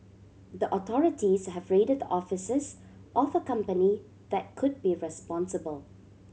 the authorities have raided offices of a company that could be responsible